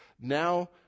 Now